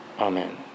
Amen